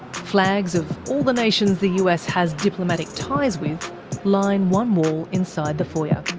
flags of all the nations the us has diplomatic ties with line one wall inside the foyer.